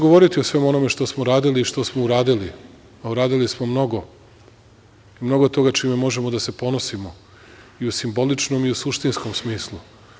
Govoriću o svemu onome što smo radili i što smo uradili, a uradili smo mnogo toga čime možemo da se ponosimo, i u simboličnom i u suštinskom smislu.